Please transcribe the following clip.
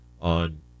on